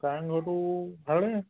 কাৰেংঘৰটো ভালেই